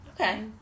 Okay